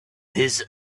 his